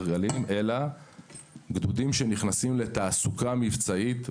גלים אלא בגדודים שנכנסים תעסוקה מבצעית.